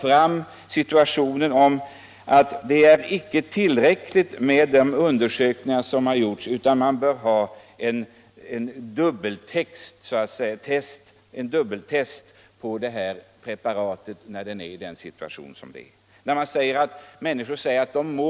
Där säger man att det inte är tillräckligt med de undersökningar som gjorts, utan i rådande situation bör man göra en dubbeltest av preparatet. Sjuka människor säger att de mår bättre efter behandling med THX, och vad beror då det på?